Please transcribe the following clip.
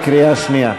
בקריאה שנייה.